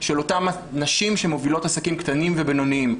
של אותן נשים שמובילות עסקים קטנים ובינוניים.